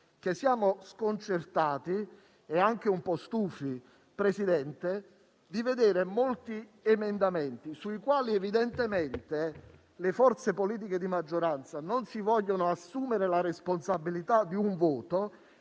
siamo sconcertati e stufi di vedere molti emendamenti, sui quali evidentemente le forze politiche di maggioranza non vogliono assumersi la responsabilità del voto,